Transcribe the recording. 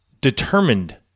determined